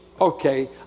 Okay